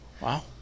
Wow